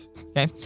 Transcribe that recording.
Okay